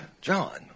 John